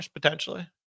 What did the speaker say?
potentially